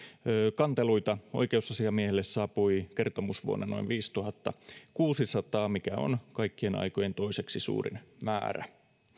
kanteluita oikeusasiamiehelle saapui kertomusvuonna noin viisituhattakuusisataa mikä on kaikkien aikojen toiseksi suurin määrä